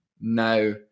now